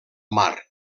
mar